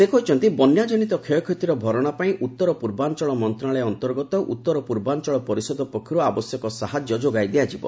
ସେ କହିଛନ୍ତି ବନ୍ୟାଜନିତ କ୍ଷୟକ୍ଷତିର ଭରଣା ପାଇଁ ଉତ୍ତର ପୂର୍ବାଞ୍ଚଳ ମନ୍ତ୍ରଣାଳୟ ଅନ୍ତର୍ଗତ ଉତର ପୂର୍ବାଞ୍ଚଳ ପରିଷଦ ପକ୍ଷରୁ ଆବଶ୍ୟକ ସାହାଯ୍ୟ ଯୋଗାଇ ଦିଆଯାଇଯିବ